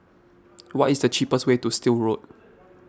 what is the cheapest way to Still Road